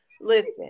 listen